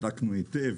בדקנו היטב